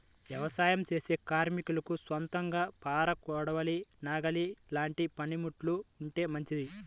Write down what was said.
యవసాయం చేసే కార్మికులకు సొంతంగా పార, కొడవలి, నాగలి లాంటి పనిముట్లు ఉంటే మంచిది